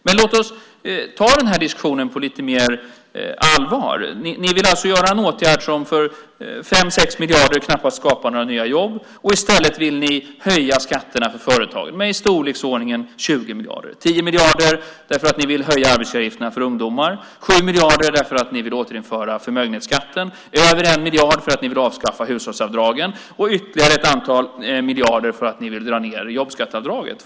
Men låt oss ta den här diskussionen på lite större allvar. Ni vill alltså vidta en åtgärd som för 5-6 miljarder knappast skapar några nya jobb. I stället vill ni höja skatterna för företagen med i storleksordningen 20 miljarder, 10 miljarder därför att ni vill höja arbetsgivaravgifterna för ungdomar, 7 miljarder därför att ni vill återinföra förmögenhetsskatten, över 1 miljard för att ni vill avskaffa hushållsavdragen och ytterligare ett antal miljarder för att ni vill dra ned jobbskatteavdraget.